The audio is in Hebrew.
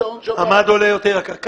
המד עולה יותר יקר.